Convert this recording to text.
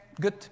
good